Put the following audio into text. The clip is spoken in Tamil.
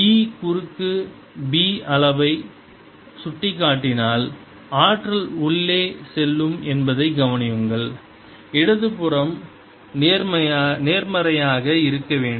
E குறுக்கு B அளவை சுட்டிக்காட்டினால் ஆற்றல் உள்ளே செல்லும் என்பதை கவனியுங்கள் இடது புறம் நேர்மறையாக இருக்க வேண்டும்